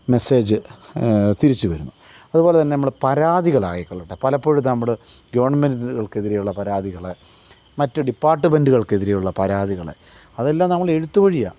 message തിരിച്ച് വരുന്നു അതുപോലെ തന്നെ നമ്മള് പരാതികളായിക്കൊള്ളട്ടെ പലപ്പോഴും നമ്മള് ഗോൺമെൻറ്റ്കൾക്കെതിരെ ഉള്ള പരാതികള് മറ്റ് ഡിപ്പാർട്ട്മെൻറ്റ്കൾക്കെതിരെ ഉള്ള പരാതികള് അതെല്ലാം നമ്മൾ എഴുത്ത് വഴിയാണ്